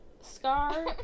Scar